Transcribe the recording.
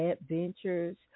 adventures